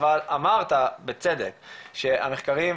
אבל אמרת בצדק שהמחקרים,